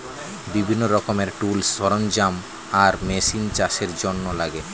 বিভিন্ন রকমের টুলস, সরঞ্জাম আর মেশিন চাষের জন্যে লাগে